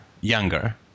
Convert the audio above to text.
younger